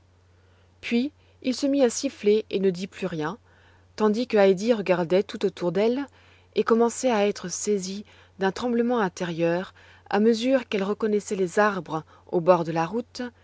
puis il se mit à siffler et ne dit plus rien tandis que heidi regardait tout autour d'elle et commençait à être saisie d'un tremblement intérieur à mesure qu'elle reconnaissait les arbres au bord de la route